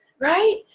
right